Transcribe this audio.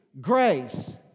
grace